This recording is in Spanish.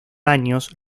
años